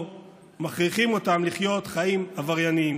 ומכריחים אותם לחיות חיים עברייניים.